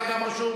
אתה גם רשום.